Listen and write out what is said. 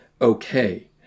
okay